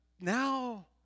now